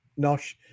nosh